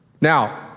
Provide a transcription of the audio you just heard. Now